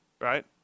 right